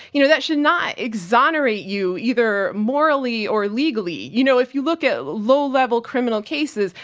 you know that should not exonerate you either morally or legally. you know, if you look at low level criminal cases,